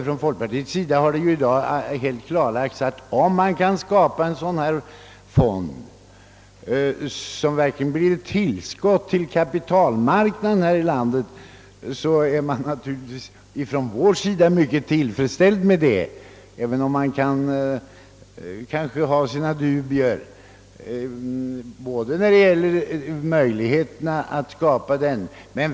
Från folkpartiets sida har det i dag helt klarlagts att om man kan skapa en sådan fond som verkligen blir ett tillskott till vår blesserade kapitalmarknad så är man naturligtvis ifrån vår sida tillfredsställd; man kan naturligtvis ha sina dubier när det gäller möjligheterna att skapa den.